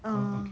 orh